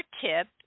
tip